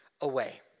away